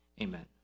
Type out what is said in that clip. amen